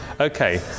okay